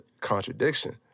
contradiction